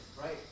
right